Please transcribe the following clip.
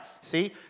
See